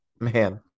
Man